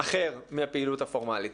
אחר מהפעילות הפורמלית.